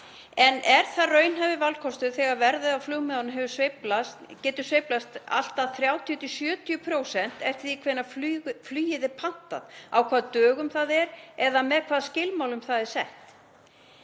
En er það raunhæfur valkostur þegar verðið á flugmiðanum getur sveiflast um allt að 30–70% eftir því hvenær flugið er pantað, á hvaða dögum það er eða með hvaða skilmálum það er sett?